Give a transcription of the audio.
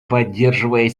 поддерживая